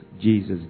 Jesus